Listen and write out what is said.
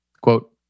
Quote